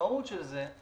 המשמעות של זה,